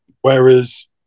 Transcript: Whereas